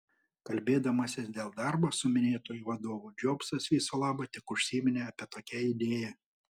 kalbėdamasis dėl darbo su minėtuoju vadovu džobsas viso labo tik užsiminė apie tokią idėją